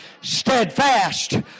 steadfast